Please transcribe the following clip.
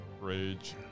Rage